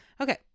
Okay